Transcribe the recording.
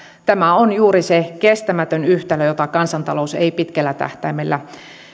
tämä on juuri se kestämätön yhtälö jota kansantalous ei pitkällä tähtäimellä